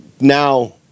now